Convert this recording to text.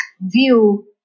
view